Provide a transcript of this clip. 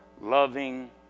loving